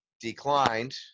declined